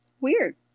weird